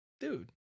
dude